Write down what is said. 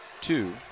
two